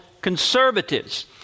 conservatives